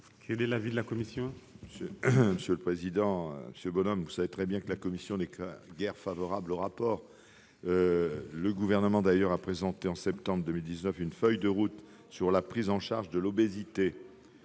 Quel est l'avis de la commission ?